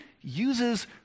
uses